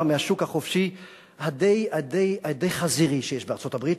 נדמה לי שהבאתם את מה שנותר מהשוק החופשי הדי-חזירי שיש בארצות-הברית,